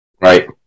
Right